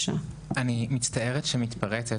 מצטערת שאני מתפרצת,